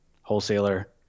wholesaler